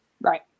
right